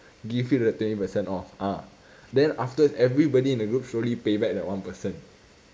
give you the twenty percent off ah then afterwards everybody in the group slowly pay back that one person